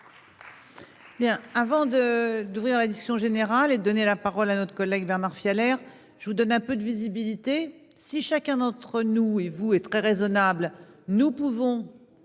avant de d'ouvrir la discussion générale, et donner la parole à notre collègue Bernard via l'air, je vous donne un peu de visibilité si chacun d'entre nous et vous et très raisonnable, nous pouvons